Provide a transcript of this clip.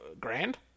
Grand